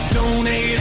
Donate